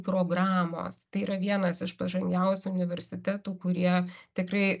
programos tai yra vienas iš pažangiausių universitetų kurie tikrai